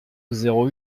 zéro